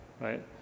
Right